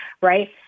Right